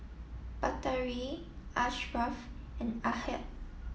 Batari Ashraf and Ahad